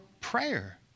prayer